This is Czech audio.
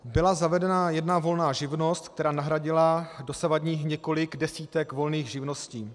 Byla zavedena jedna volná živnost, která nahradila dosavadních několik desítek volných živností.